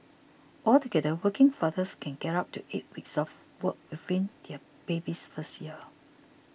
altogether working fathers can get up to eight weeks off work within their baby's first year